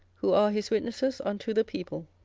who are his witnesses unto the people.